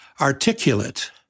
articulate